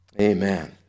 Amen